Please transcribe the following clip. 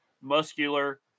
muscular